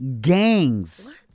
gangs